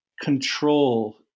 control